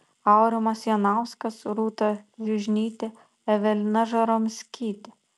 aurimas jonauskas rūta žiužnytė evelina žaromskytė